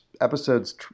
episode's